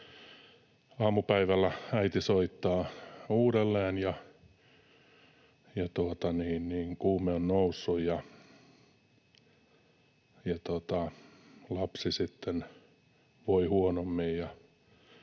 Aamupäivällä äiti soittaa uudelleen. Kuume on noussut, ja lapsi voi huonommin.